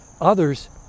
Others